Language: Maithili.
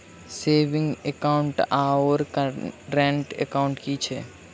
सेविंग एकाउन्ट आओर करेन्ट एकाउन्ट की छैक?